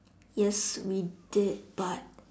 yes we did but